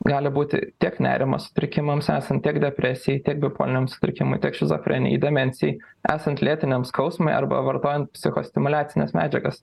gali būti tiek nerimo sutrikimams esant tiek depresijai tiek bipoliniam sutrikimui tiek šizofrenijai demencijai esant lėtiniam skausmui arba vartojant psichostimuliacines medžiagas